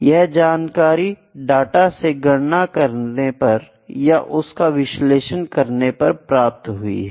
यह जानकारी डाटा से गणना करने पर या उसका विश्लेषण करने पर प्राप्त हुई है